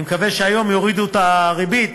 אני מקווה שהיום יורידו את הריבית,